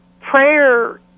prayer